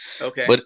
Okay